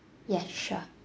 yes sure